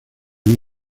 hay